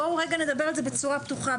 בואו רגע נדבר את זה בצורה פתוחה,